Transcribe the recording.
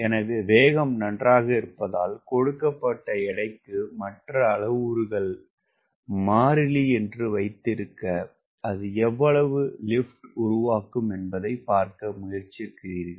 எனவே வேகம் நன்றாக இருப்பதால் கொடுக்கப்பட்ட எடைக்கு மற்ற அளவுருக்கள் மாறிலி என்று வைத்திருக்க அது எவ்வளவு லிப்ட் உருவாக்கும் என்பதைப் பார்க்க முயற்சிக்கிறீர்கள்